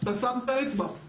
אתה שם את האצבע.